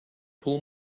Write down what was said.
pull